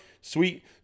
sweet